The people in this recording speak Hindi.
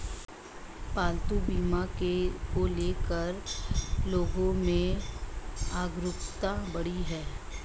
पालतू बीमा को ले कर लोगो में जागरूकता बढ़ी है